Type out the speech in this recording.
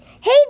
Hey